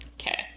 Okay